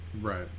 right